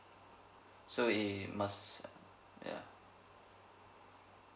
so it must ya